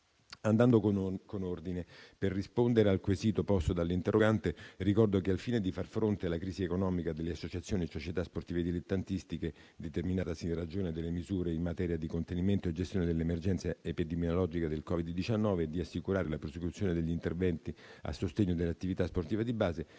Andando con ordine, per rispondere al quesito posto dall'interrogante ricordo che, al fine di far fronte alla crisi economica delle associazioni e società sportive dilettantistiche determinatasi in ragione delle misure in materia di contenimento e gestione dell'emergenza epidemiologica da Covid-19 e di assicurare la prosecuzione degli interventi a sostegno dell'attività sportiva di base,